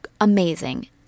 Amazing